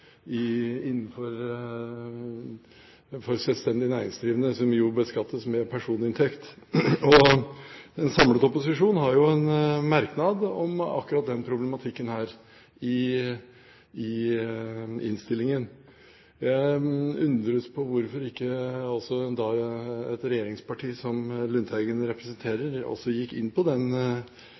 for selvstendig næringsdrivende, som jo beskattes som personinntekt. Den samlede opposisjonen har jo en merknad om akkurat denne problematikken i innstillingen. Jeg undres på hvorfor ikke et regjeringsparti som Lundteigen representerer, også gikk inn på den